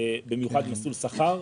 במיוחד במסלול שכר.